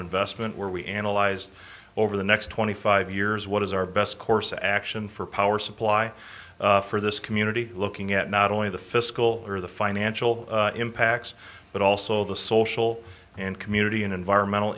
investment where we analyzed over the next twenty five years what is our best course of action for power supply for this community looking at not only the fiscal or the financial impacts but also the social and community and environmental